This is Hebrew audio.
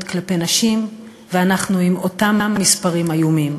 כלפי נשים ואנחנו עם אותם מספרים איומים: